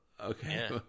Okay